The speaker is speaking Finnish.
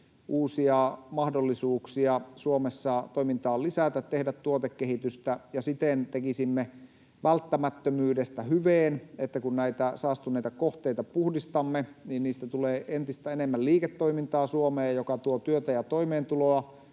uusia mahdollisuuksia Suomessa lisätä toimintaa, tehdä tuotekehitystä, ja siten tekisimme välttämättömyydestä hyveen. Eli kun näitä saastuneita kohteita puhdistamme, niin niistä tulee entistä enemmän liiketoimintaa Suomeen, mikä tuo työtä ja toimeentuloa,